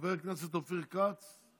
חבר הכנסת אופיר כץ,